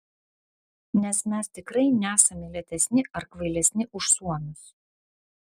nes mes tikrai nesame lėtesni ar kvailesni už suomius